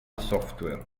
software